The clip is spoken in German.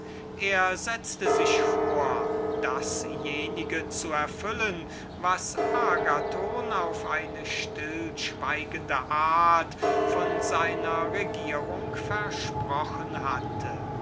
er setzte sich vor dasjenige zu erfüllen was agathon auf eine stillschweigende art von seiner regierung versprochen hatte